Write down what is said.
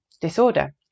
disorder